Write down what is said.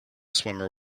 swimmer